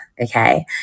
Okay